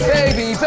Baby